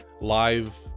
live